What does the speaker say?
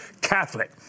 Catholic